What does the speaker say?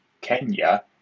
Kenya